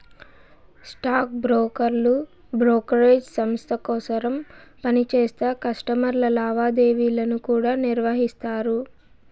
stock బ్రోకర్లు brokerage సంస్త కోసరం పనిచేస్తా కస్టమర్ల లావాదేవీలను కూడా నిర్వహిస్తారు